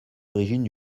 origines